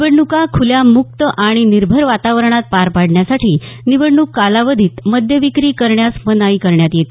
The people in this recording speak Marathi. निवडणुका खुल्या मुक्त आणि निर्भर वातावरणात पार पाडण्यासाठी निवडणूक कालावधित मद्यविक्री करण्यास मनाई करण्यात येते